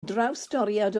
drawstoriad